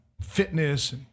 fitness